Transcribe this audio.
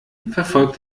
verfolgt